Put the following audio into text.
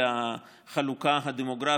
תודה רבה.